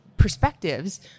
perspectives